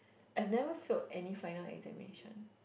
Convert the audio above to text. I've never failed any final examination